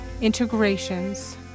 integrations